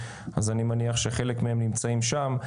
אז אני מניח שחלק מהם נמצאים שם.